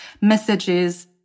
messages